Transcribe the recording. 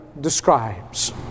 describes